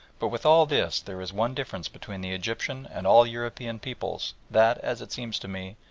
but with all this there is one difference between the egyptian and all european peoples that, as it seems to me,